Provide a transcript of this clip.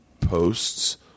posts